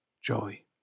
joy